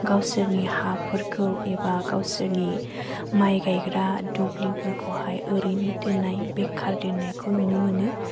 गावसोरनि हाफोरखौ एबा गावसोरनि माइ गायग्रा दुब्लिफोरखौहाय ओरैनो दोननाय बेखार दोननायखौ नुनो मोनो